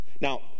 Now